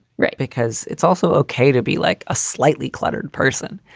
right. because it's also okay to be like a slightly cluttered person.